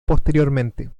posteriormente